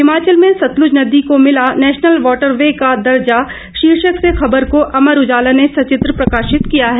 हिमाचल में सतलूज नदी को मिला नेशनल वाटर वे का दर्जा शीर्षक से खबर को अमर उजाला ने सचित्र प्रकाशित किया है